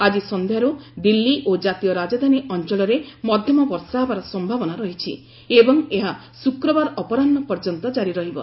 ଆଜି ସନ୍ଧ୍ୟାରୁ ଦିଲ୍ଲୀ ଓ ଜାତୀୟ ରାଜଧାନୀ ଅଞ୍ଚଳରେ ମଧ୍ୟମ ବର୍ଷା ହେବାର ସମ୍ଭାବନା ରହିଛି ଏବଂ ଏହା ଶ୍ରକ୍ବାର ଅପରାହୁ ପର୍ଯ୍ୟନ୍ତ ଜାରି ରହିବ